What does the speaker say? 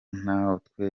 natwe